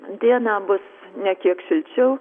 dieną bus ne kiek šilčiau